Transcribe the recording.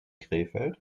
krefeld